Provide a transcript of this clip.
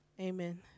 Amen